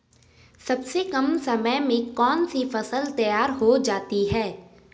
सबसे कम समय में कौन सी फसल तैयार हो जाती है?